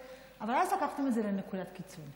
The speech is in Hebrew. אבל אז לקחתם את זה לנקודת קיצון.